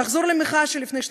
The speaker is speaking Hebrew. נחזור למחאה מלפני שנתיים.